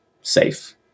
safe